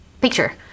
picture